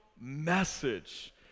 message